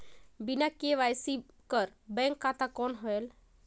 बिना के.वाई.सी कर बैंक खाता कौन होएल?